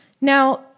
Now